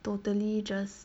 totally just